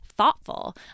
thoughtful